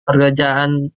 pekerjaan